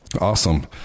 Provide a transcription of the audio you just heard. awesome